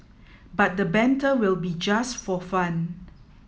but the banter will be just for fun